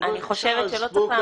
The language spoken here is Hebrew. אני חושבת שלא צריך להמציא דברים.